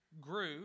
grew